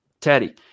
Teddy